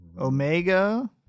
Omega